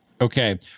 Okay